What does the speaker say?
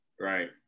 right